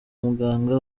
muganga